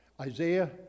Isaiah